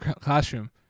classroom